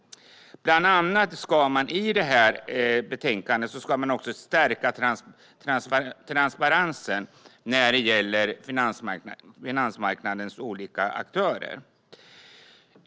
Bland annat nämns i detta betänkande att man ska stärka transparensen när det gäller finansmarknadens olika aktörer.